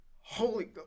holy